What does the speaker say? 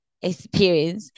experience